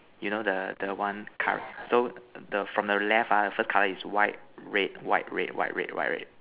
you know the the one car so from the left ah the first color is white red white red white red white red